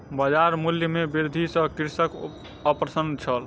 बजार मूल्य में वृद्धि सॅ कृषक अप्रसन्न छल